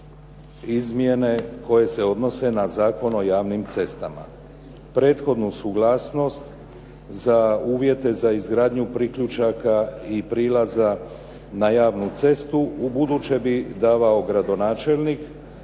izmjene koje se odnose na Zakon o javnim cestama. Prethodnu suglasnost za uvjete za izgradnju priključaka i prilaza na javnu cestu, ubuduće bi davao gradonačelnik,